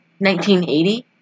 1980